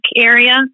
area